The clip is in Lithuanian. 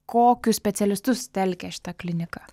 kokius specialistus telkia šita klinika